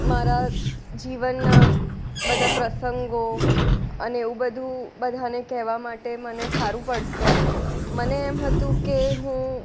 મારા જીવનના બધા પ્રસંગો અને એવું બધું બધાને કહેવા માટે મને સારું પડશે મને એમ હતું કે હું